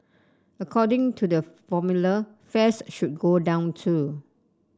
according to the formula fares should go down too